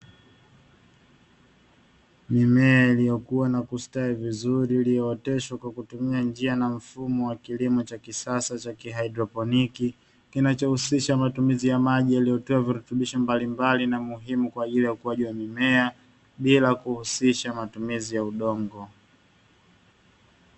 Mimea iliyokua na kustawi vizuri iliyooteshwa kwa kutumia njia na mfumo wa kilimo cha kisasa cha kihaidroponiki, kinachohusisha matumizi ya maji yaliyotiwa virutubisho mabalimbali na muhimu kwa ajili ya ukuaji wa mimea bila kuhusisha matumizi ya udongo.